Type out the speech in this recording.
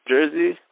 Jersey